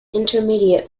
intermediate